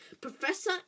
Professor